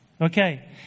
okay